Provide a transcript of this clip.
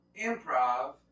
improv